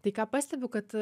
tai ką pastebiu kad